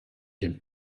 den